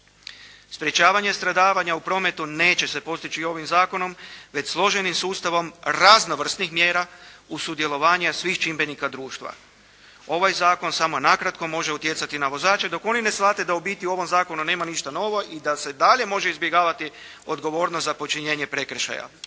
Sprječavanje stradavanja u prometu neće se postići ovim zakonom već složenim sustavom raznovrsnih mjera uz sudjelovanja svih čimbenika društva. Ovaj zakon samo nakratko može utjecati na vozače dok oni ne shvate da u biti u ovom zakonu nema ništa novo i da se dalje može izbjegavati odgovornost za počinjenje prekršaja.